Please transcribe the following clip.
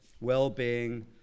well-being